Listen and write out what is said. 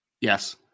Yes